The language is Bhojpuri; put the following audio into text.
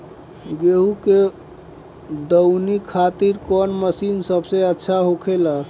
गेहु के दऊनी खातिर कौन मशीन सबसे अच्छा होखेला?